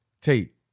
Tate